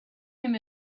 him